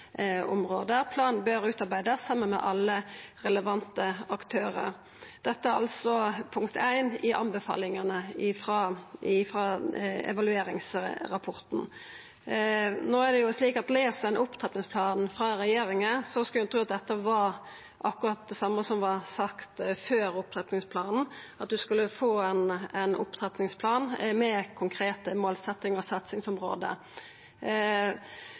bør utarbeides sammen med alle relevante aktører». Dette er altså punkt 1 i anbefalingane frå evalueringsrapporten. Les ein opptrappingsplanen frå regjeringa, skulle ein tru at dette var akkurat det same som vart sagt før opptrappingsplanen – at vi skulle få ein opptrappingsplan med konkrete målsetjingar og satsingsområde.